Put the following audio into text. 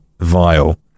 vile